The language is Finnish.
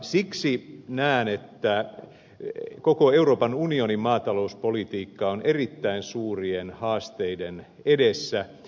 siksi näen että koko euroopan unionin maatalouspolitiikka on erittäin suurien haasteiden edessä